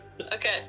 Okay